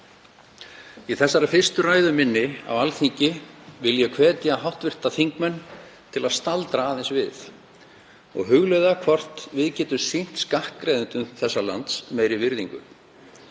Í þessari fyrstu ræðu minni á Alþingi vil ég hvetja hv. þingmenn til að staldra aðeins við og hugleiða hvort við getum sýnt skattgreiðendum þessa lands meiri virðingu.